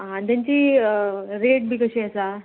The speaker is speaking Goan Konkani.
आनी तेंची रेट बी कशी आसा